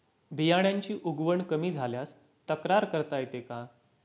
बियाण्यांची उगवण कमी झाल्यास तक्रार करता येते का?